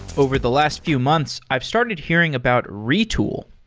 over the last few months, i've started hearing about retool.